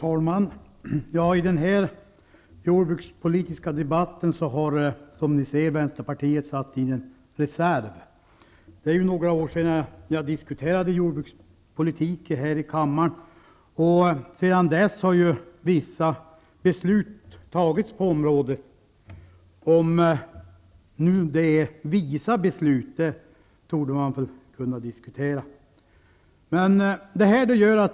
Herr talman! I den här jordbrukspolitiska debatten har alltså Vänsterpartiet satt in en reserv. Det är nu några år sedan jag diskuterade jordbrukspolitik här i kammaren. Sedan dess har vissa beslut fattats på området. Om besluten är visa torde kunna diskuteras.